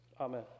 Amen